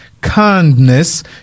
kindness